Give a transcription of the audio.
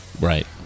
Right